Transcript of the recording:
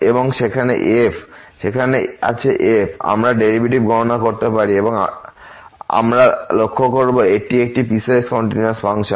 এবং সেখানে আছে f আমরা ডেরিভেটিভ গণনা করতে পারি এবং আমরা লক্ষ্য করব এটি একটি পিসওয়াইস কন্টিনিউয়াস ফাংশন